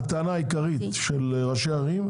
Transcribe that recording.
הטענה העיקרית של ראשי ערים,